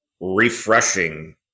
refreshing